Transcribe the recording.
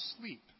sleep